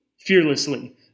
fearlessly